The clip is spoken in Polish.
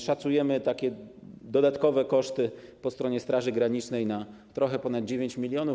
Szacujemy takie dodatkowe koszty po stronie Straży Granicznej na kwotę trochę ponad 9 mln.